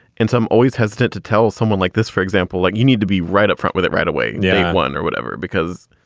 and some always hesitant to tell someone like this, for example, like you need to be right up front with it right away. yeah, one or whatever, because.